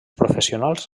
professionals